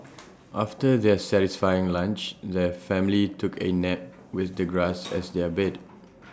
after their satisfying lunch the family took A nap with the grass as their bed